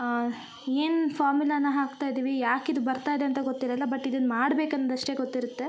ಏನು ಫಾರ್ಮುಲನ ಹಾಕ್ತಯಿದ್ದೀವಿ ಯಾಕ ಇದು ಬರ್ತಾ ಇದೆ ಅಂತ ಗೊತ್ತಿರಲ್ಲ ಬಟ್ ಇದನ್ನ ಮಾಡ್ಬೇಕು ಅಂದಷ್ಟೆ ಗೊತ್ತಿರುತ್ತೆ